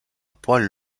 poils